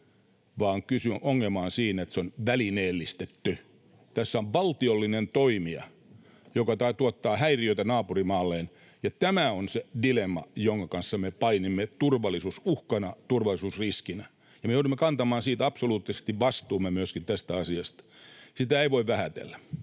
vaan ongelma on siinä, että se on välineellistetty. Tässä on valtiollinen toimija, joka tuottaa häiriötä naapurimaalleen. Tämä on se dilemma, jonka kanssa me painimme turvallisuusuhkana, turvallisuusriskinä, ja me joudumme kantamaan siitä absoluuttisesti vastuumme, myöskin tästä asiasta. Sitä ei voi vähätellä.